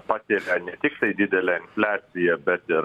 patiria ne tik tai didelę infliaciją bet ir